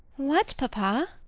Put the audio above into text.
what, papa?